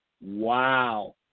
Wow